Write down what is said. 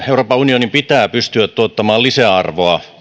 euroopan unionin pitää pystyä tuottamaan lisäarvoa